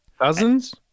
Dozens